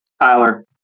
Tyler